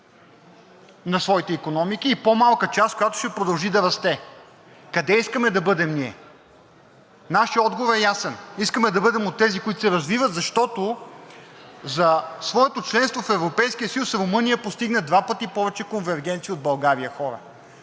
на своите икономики, и по-малка част, която ще продължи да расте. Къде искаме да бъдем ние? Нашият отговор е ясен – искаме да бъде от тези, които се развиват, защото за своето членство в Европейския съюз Румъния постигна два пъти повече конвергенции от България, хора.